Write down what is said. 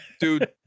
dude